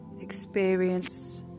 experience